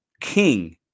king